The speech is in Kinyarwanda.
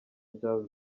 jazz